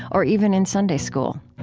or even in sunday school.